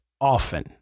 often